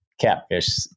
Catfish